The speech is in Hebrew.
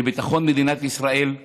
לביטחון מדינת ישראל,